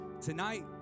Tonight